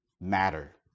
matter